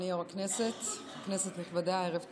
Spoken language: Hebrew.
הישיבה, כנסת נכבדה, ערב טוב.